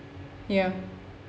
ya